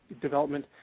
development